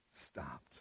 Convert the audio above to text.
stopped